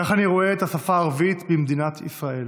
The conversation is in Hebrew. ככה אני רואה את השפה הערבית במדינת ישראל.